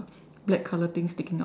black color thing sticking out